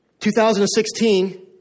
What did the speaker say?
2016